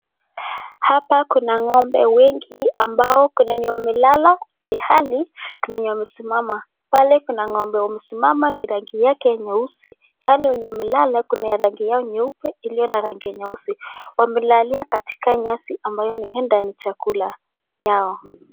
Hapa kuna ng'ombe wengi ambao kuna wenye wamelala ilhali kuna wenye wamesimama. Pale kuna ng'ombe wamesimama ni rangi yake nyeusi ilhali wenye wamelala kuna rangi yao nyeupe iliyo na rangi nyeusi. Wamelalia katika nyasi ambayo huenda ni chakula yao.